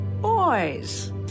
Boys